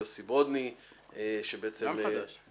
יוסי ברודני --- הוא גם חדש.